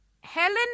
Helen